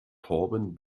torben